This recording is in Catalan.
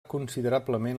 considerablement